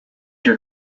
your